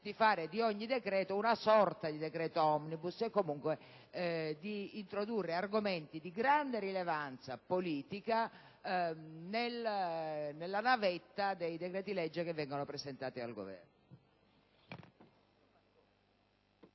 di fare di ogni decreto una sorta di decreto *omnibus* e comunque di introdurre argomenti di grande rilevanza politica nella navetta dei decreti-legge presentati dal Governo.